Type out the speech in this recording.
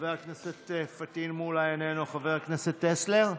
חבר הכנסת פטין מולא, איננו, חבר הכנסת טסלר,